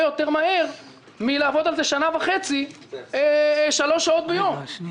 יותר מהר מלעבוד על זה שלוש שעות ביום במשך